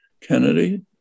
Kennedy